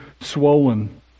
swollen